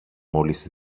μόλις